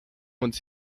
uns